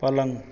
पलंग